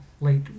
Late